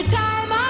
time